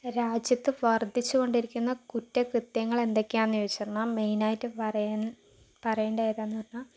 രാജ്യത്ത് വർദ്ധിച്ചുകൊണ്ടിരിക്കുന്ന കുറ്റകൃത്യങ്ങൾ എന്തൊക്കെയാണെന്ന് വെച്ച് പറഞ്ഞാൽ മെയിൻ ആയിട്ട് പറയാൻ പറയേണ്ടത് ഏതാണെന്ന് പറഞ്ഞാൽ